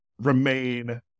remain